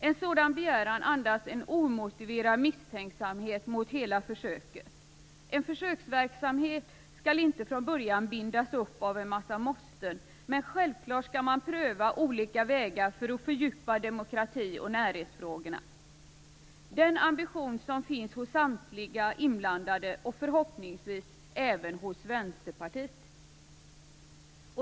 En sådan begäran andas en omotiverad misstänksamhet mot hela försöket. En försöksverksamhet skall inte från början bindas upp av en massa måsten. Självklart skall man pröva olika vägar för att fördjupa demokrati och närhetsfrågor. Den ambitionen finns hos samtliga inblandade och förhoppningsvis även hos Vänsterpartiet.